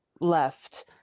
left